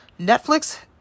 Netflix